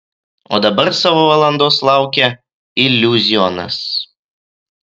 o dabar savo valandos laukia iliuzionas